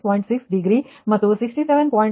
2 degree ನೀವು 0